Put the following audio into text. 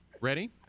Ready